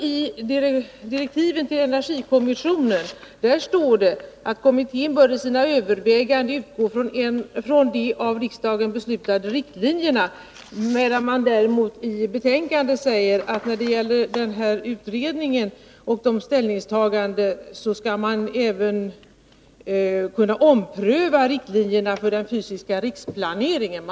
I direktiven till energikommittén står det att kommittén i sina överväganden bör utgå från de av riksdagen beslutade riktlinjerna, medan man i betänkandet däremot säger att utredningen skall kunna ompröva riktlinjerna för den fysiska riksplaneringen.